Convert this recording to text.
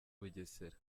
bugesera